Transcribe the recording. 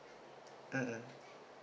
mm mm